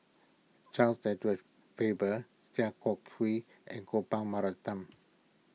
Charles Edward Faber Sia Kah Hui and Gopal Baratham